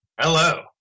Hello